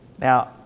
Now